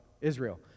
Israel